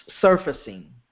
surfacing